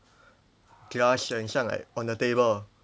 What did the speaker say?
glass 很像 like on the table